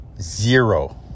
Zero